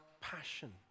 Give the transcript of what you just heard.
passion